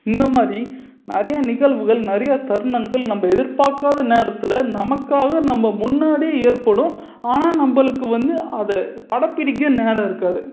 இந்தமாதிரி நிறைய நிகழ்வுகள் நிறைய தருணங்கள் நம்ம எதிர்பாக்காத நேரத்தில் நமக்காக நம்ம முன்னாடி ஏற்படும் ஆனால் நம்மளுக்கு வந்து அதை படம்பிடிக்க நேரம் இருக்காது